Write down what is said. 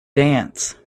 dance